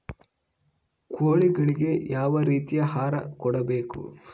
ಕೋಳಿಗಳಿಗೆ ಯಾವ ರೇತಿಯ ಆಹಾರ ಕೊಡಬೇಕು?